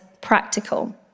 practical